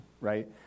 right